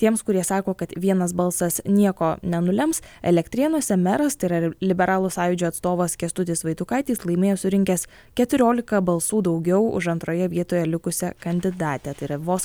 tiems kurie sako kad vienas balsas nieko nenulems elektrėnuose meras tai yra ri liberalų sąjūdžio atstovas kęstutis vaitukaitis laimėjo surinkęs keturiolika balsų daugiau už antroje vietoje likusią kandidatę tai yra vos